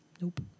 Nope